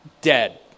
Dead